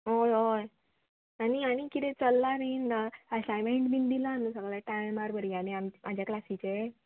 हय हय आनी आनी कितें चल्ला बीन असमेंट बीन दिला न्हू सगळे टायमार भुरग्यांनी आमच्या क्लासीचे